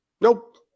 Nope